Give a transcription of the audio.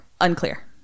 Unclear